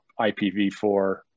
IPv4